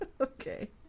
Okay